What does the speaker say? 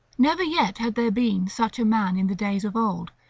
never yet had there been such a man in the days of old,